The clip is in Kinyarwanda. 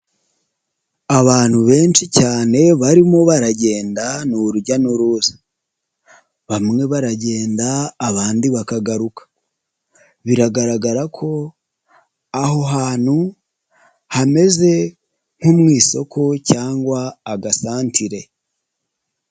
Abantu benshi cyane barimo baragenda ni urujya n'uruza, bamwe baragenda abandi bakagaruka, biragaragara ko aho hantu hameze nko mu isoko cyangwa agasantere.